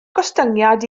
gostyngiad